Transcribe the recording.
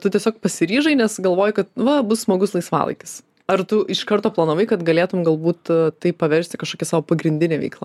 tu tiesiog pasiryžai nes galvojai kad va bus smagus laisvalaikis ar tu iš karto planavai kad galėtum galbūt tai paversti kažkokia sau pagrindine veikla